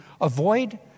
avoid